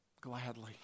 Gladly